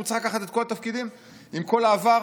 צריך לקחת את כל התפקידים עם כל העבר?